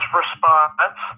response